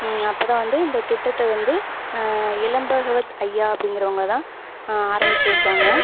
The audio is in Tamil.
அப்போ தான் வந்து இந்த திட்டத்தை வந்து இலம்பகவத் ஐயா அப்படிங்கிறவுங்கதான் ஆரமிச்சு வச்சாங்க